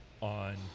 on